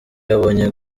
yabonye